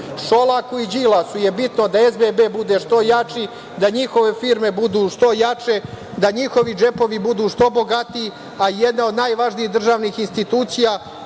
i Đilasu je bitno da SBB bude što jači, da njihove firme budu što jače, da njihovi džepovi budu što bogatiji, a jedna od najvažnijih državnih institucija